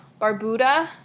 Barbuda